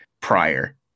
prior